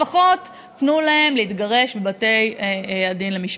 לפחות תנו להם להתגרש בבתי הדין למשפחה.